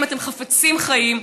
אם אנחנו חפצים חיים,